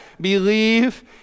Believe